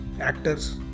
actors